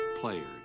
players